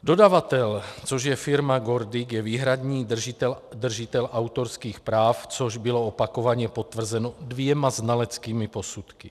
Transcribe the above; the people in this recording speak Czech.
Dodavatel, což je firma GORDIC, je výhradní držitel autorských práv, což bylo opakovaně potvrzeno dvěma znaleckými posudky.